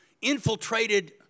infiltrated